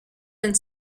and